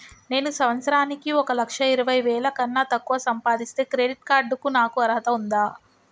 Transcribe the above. నేను సంవత్సరానికి ఒక లక్ష ఇరవై వేల కన్నా తక్కువ సంపాదిస్తే క్రెడిట్ కార్డ్ కు నాకు అర్హత ఉందా?